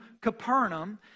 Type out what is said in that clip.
Capernaum